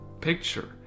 picture